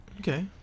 Okay